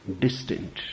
distant